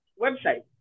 website